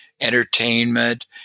entertainment